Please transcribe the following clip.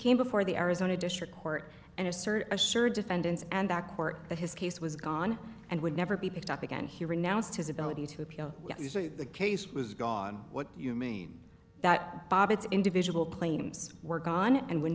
came before the arizona district court and assert asserted to fend ins and that court that his case was gone and would never be picked up again he renounced his ability to appeal the case was gone what you mean that bob its individual claims were gone and would